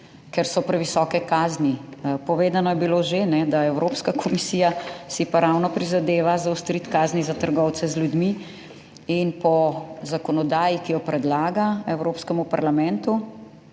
ker so previsoke kazni. Povedano je bilo že, da Evropska komisija si pa ravno prizadeva zaostriti kazni za trgovce z ljudmi. In po zakonodaji, ki jo predlaga Evropskemu parlamentu,